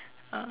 uh